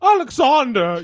Alexander